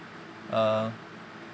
uh